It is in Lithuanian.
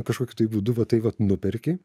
kažkokiu tai būdu va tai vat nuperki